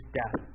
death